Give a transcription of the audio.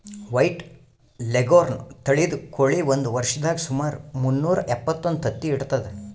white leghorn ತಳಿದ್ ಕೋಳಿ ಒಂದ್ ವರ್ಷದಾಗ್ ಸುಮಾರ್ ಮುನ್ನೂರಾ ಎಪ್ಪತ್ತೊಂದು ತತ್ತಿ ಇಡ್ತದ್